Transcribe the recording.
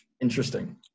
interesting